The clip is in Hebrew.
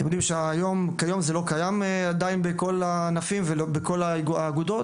אתם יודעים שהיום זה לא קיים בכל הענפים ובכל האגודות,